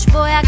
Boy